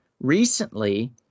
recently